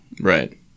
Right